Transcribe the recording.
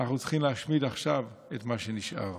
אנחנו צריכים להשמיד עכשיו את מה שנשאר.